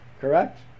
Correct